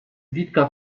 witka